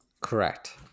Correct